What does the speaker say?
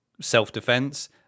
self-defense